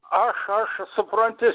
aš aš supranti